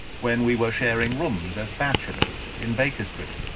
when we were sharing rooms as bachelors in baker street.